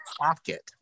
Pocket